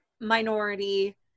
minority